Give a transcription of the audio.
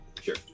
sure